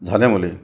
झाल्यामुळे